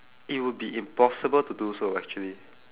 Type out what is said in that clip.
it will be impossible to do so actually